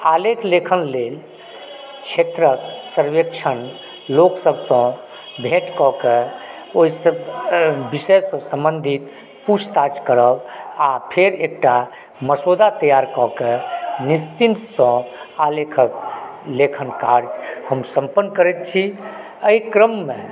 आलेख लेखन लेल क्षेत्रक सर्वेक्षण लोक सबसंँ भेंट कए कऽ ओहिसँ विषय सम्बन्धी पूछ ताछ करब आ फेर एकटा मसौदा तैयार कए कऽ निश्चिंतसंँ आलेखक लेखन कार्य हम सम्पन्न करैत छी एहि क्रममे